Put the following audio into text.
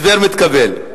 הסבר מתקבל.